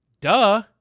duh